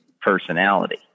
personality